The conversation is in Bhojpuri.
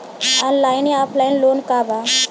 ऑनलाइन या ऑफलाइन लोन का बा?